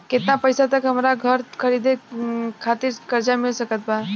केतना पईसा तक हमरा घर खरीदे खातिर कर्जा मिल सकत बा?